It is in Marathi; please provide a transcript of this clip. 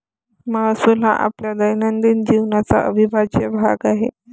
महसूल हा आपल्या दैनंदिन जीवनाचा अविभाज्य भाग आहे